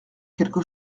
quelque